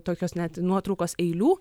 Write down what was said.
tokios net nuotraukos eilių